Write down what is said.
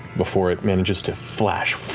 before it manages to flash